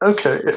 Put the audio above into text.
Okay